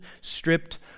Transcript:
stripped